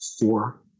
four